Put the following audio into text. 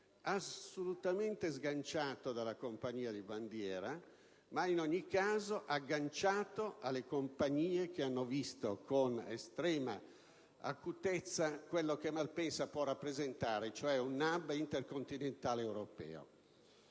assolutamente sganciato dalla compagnia di bandiera, ma in ogni caso agganciato alle compagnie che hanno visto con estrema acutezza quello che Malpensa può rappresentare: un *hub* intercontinentale europeo.